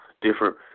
different